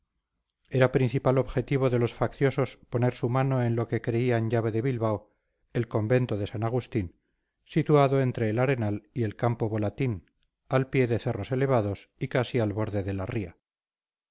era principal objetivo de los facciosos poner su mano en lo que creían llave de bilbao el convento de san agustín situado entre el arenal y el campo volantín al pie de cerros elevados y casi al borde de la ría